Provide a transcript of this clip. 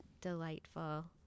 delightful